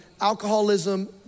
alcoholism